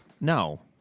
No